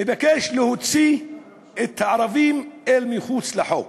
מבקש להוציא את הערבים אל מחוץ לחוק.